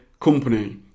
company